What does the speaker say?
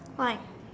why